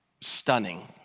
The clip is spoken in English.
stunning